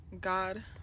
God